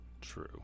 True